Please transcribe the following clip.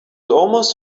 almost